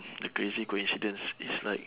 the crazy coincidence is like